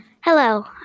Hello